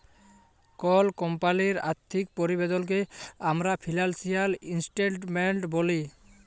call কমপালির আথ্থিক পরতিবেদলকে আমরা ফিলালসিয়াল ইসটেটমেলট ব্যলি